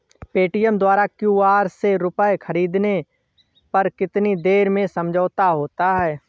Paytm द्वारा QR से रूपए ख़रीदने पर कितनी देर में समझौता होता है?